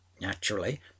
Naturally